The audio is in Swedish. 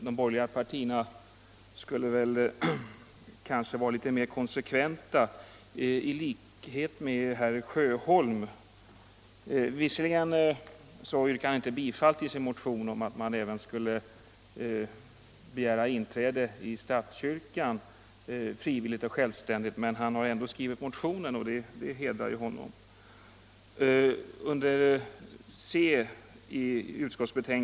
De borgerliga partierna kunde kanske i likhet med herr Sjöholm ha varit litet mer konsekventa. Visserligen yrkar herr Sjöholm inte bifall till sin motion om att ingen bör bli medlem i statskyrkan som inte frivilligt har sökt inträde där, men han har ändå skrivit motionen och det hedrar honom. Under rubriken 7 ec.